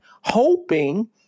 hoping